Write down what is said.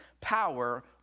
power